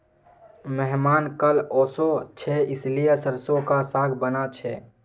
मेहमान कल ओशो छे इसीलिए सरसों का साग बाना छे